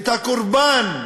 את הקורבן,